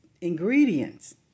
ingredients